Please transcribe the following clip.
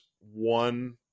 one